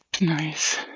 Nice